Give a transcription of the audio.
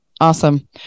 Awesome